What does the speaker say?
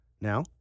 Now